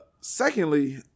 secondly